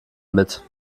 mit